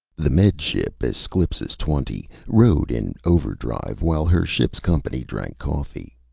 the med ship esclipus twenty rode in overdrive while her ship's company drank coffee.